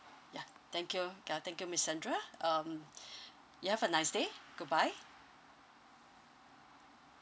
ya thank you ya thank you miss andra um you have a nice day good bye